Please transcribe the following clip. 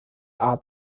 art